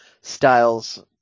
styles